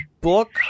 book